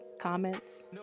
comments